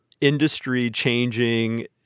industry-changing